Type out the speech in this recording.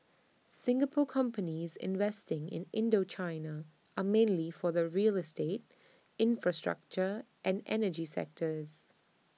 Singapore companies investing in Indochina are mainly from the real estate infrastructure and energy sectors